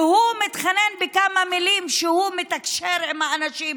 והוא מתחנן בכמה מילים שהוא מתקשר עם האנשים,